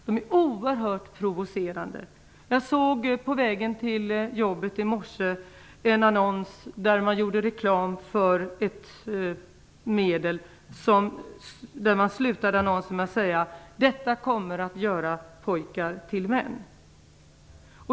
Det är oerhört provocerande. Jag såg på vägen till jobbet i morse en annons där man gjorde reklam för ett medel och där man slutade annonsen med att säga: Detta kommer att göra pojkar till män.